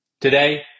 Today